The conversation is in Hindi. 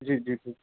जी जी